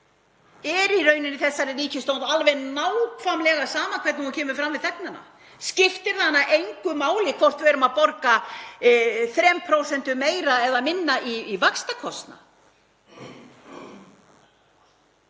í rauninni alveg nákvæmlega sama hvernig hún kemur fram við þegnana? Skiptir það hana engu máli hvort við erum að borga 3% meira eða minna í vaxtakostnað?